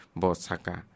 bosaka